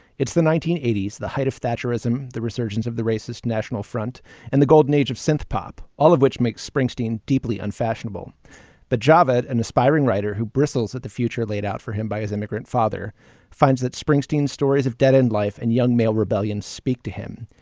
it's the nineteen eighty s the height of thatcherism. the resurgence of the racist national front and the golden age of synth pop all of which make springsteen deeply unfashionable but javid an aspiring writer who bristles at the future laid out for him by his immigrant father finds that springsteen stories of dead end life and young male rebellion speak to him.